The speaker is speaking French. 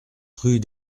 rue